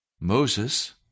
Moses